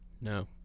No